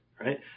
right